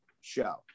show